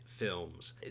films